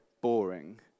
boring